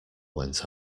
went